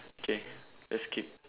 okay let's keep